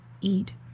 eat